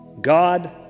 God